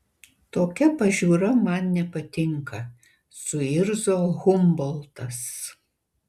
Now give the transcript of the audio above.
tokia pažiūra man nepatinka suirzo humboltas